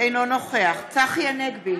אינו נוכח צחי הנגבי,